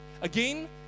again